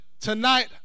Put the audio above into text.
tonight